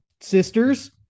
sisters